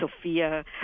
Sophia